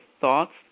thoughts